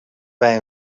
bij